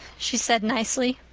she said nicely.